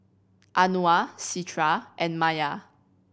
Anuar Citra and Maya